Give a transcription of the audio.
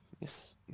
Yes